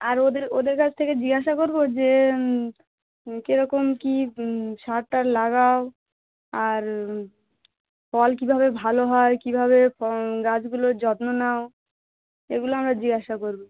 আর ওদের ওদের কাছ থেকে জিজ্ঞাসা করবো যে কিরকম কী সার টার লাগাও আর ফল কীভাবে ভালো হয় কীভাবে গাছগুলোর যত্ন নাও এগুলো আমরা জিজ্ঞাসা করবো